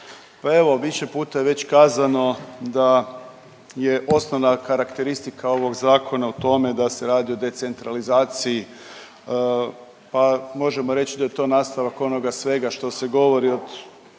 Pa evo, više puta je već kazano da je osnovna karakteristika ovog Zakona u tome da se radi o decentralizaciji pa možemo reći da je to nastavak onoga svega što se govori od